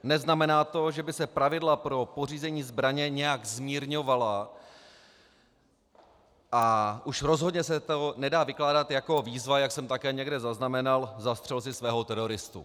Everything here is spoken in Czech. Neznamená to, že by se pravidla pro pořízení zbraně nějak zmírňovala, a už rozhodně se to nedá vykládat jako výzva, jak jsem také někde zaznamenal, zastřel si svého teroristu.